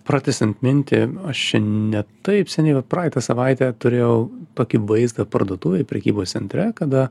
pratęsiant mintį aš čia ne taip seniai va praeitą savaitę turėjau tokį vaizdą parduotuvėj prekybos centre kada